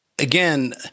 Again